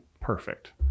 perfect